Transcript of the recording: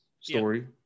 story